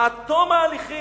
עד תום ההליכים.